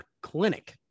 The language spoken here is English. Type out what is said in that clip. clinic